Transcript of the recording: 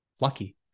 lucky